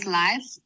life